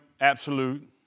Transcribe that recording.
absolute